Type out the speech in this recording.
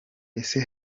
ese